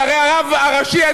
והרי הרב הראשי הספרדי,